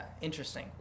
Interesting